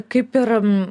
kaip ir